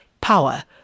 power